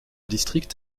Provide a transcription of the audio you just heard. district